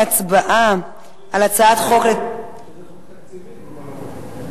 הלוואי שהוועדה תצליח להכניס את זה וזה יגיע גם לקריאה שנייה ושלישית.